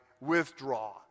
withdraw